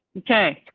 okay,